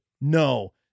No